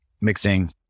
mixing